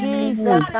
Jesus